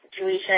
situation